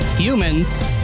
humans